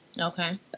Okay